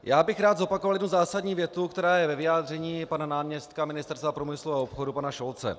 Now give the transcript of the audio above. Já bych rád zopakoval jednu zásadní větu, která je ve vyjádření pana náměstka ministerstva průmyslu a obchodu, pana Šolce.